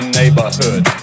neighborhood